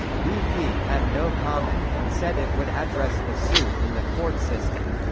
bp had no comment and said it would address the suit in the court system.